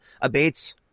abates